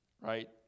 right